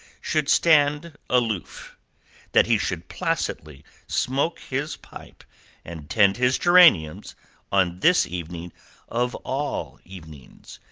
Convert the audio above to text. should stand aloof that he should placidly smoke his pipe and tend his geraniums on this evening of all evenings,